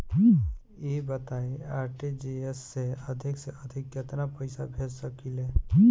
ई बताईं आर.टी.जी.एस से अधिक से अधिक केतना पइसा भेज सकिले?